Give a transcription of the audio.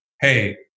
Hey